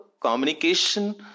communication